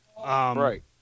Right